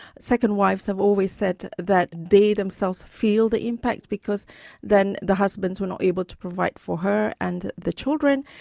second wives have always said that they themselves feel the impact, because then the husbands were not able to provide for her and the children,